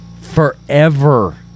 forever